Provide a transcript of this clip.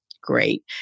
great